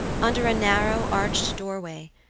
under a narrow, arched doorway,